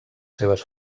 seves